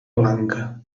blanca